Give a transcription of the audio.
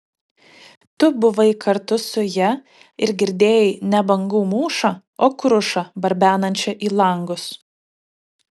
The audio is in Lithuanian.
tu buvai kartu su ja ir girdėjai ne bangų mūšą o krušą barbenančią į langus